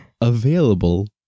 available